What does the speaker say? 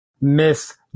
Miss